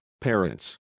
parents